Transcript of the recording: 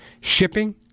shipping